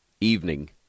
evening